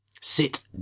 Sit